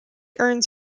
earns